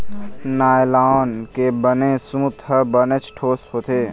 nylon के बने सूत ह बनेच ठोस होथे